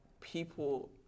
people